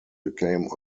became